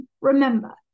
Remember